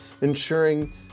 ensuring